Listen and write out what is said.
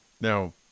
Now